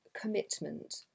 commitment